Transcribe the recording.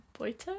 boita